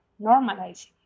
normalizing